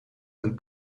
een